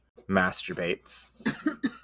masturbates